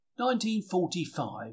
1945